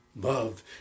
Love